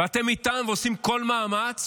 ואתם איתם ועושים כל מאמץ